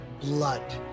blood